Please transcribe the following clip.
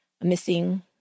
missing